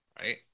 right